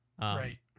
Right